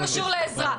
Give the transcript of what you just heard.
זה לא קשור לעזרה.